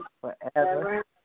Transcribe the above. forever